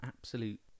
absolute